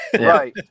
Right